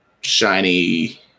shiny